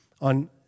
on